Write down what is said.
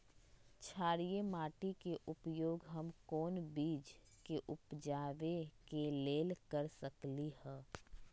क्षारिये माटी के उपयोग हम कोन बीज के उपजाबे के लेल कर सकली ह?